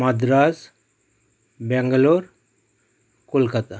Madras Bangalore Kolkata